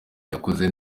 yakoze